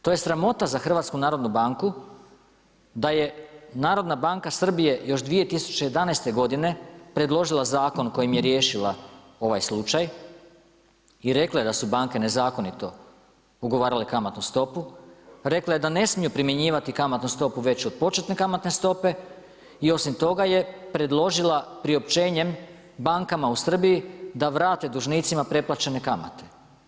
To je sramota za Hrvatsku narodnu banku da je Narodna banka Srbije još 2011. godine predložila zakon kojim je riješila ovaj slučaj i rekla je da su banke nezakonito ugovarale kamatnu stopu, rekla je da ne smiju primjenjivati kamatnu stopu veću od početne kamatne stope i osim toga je predložila priopćenjem bankama u Srbiji da vrate dužnicima preplaćene kamate.